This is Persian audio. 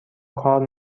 کار